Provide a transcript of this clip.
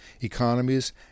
economies